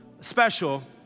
special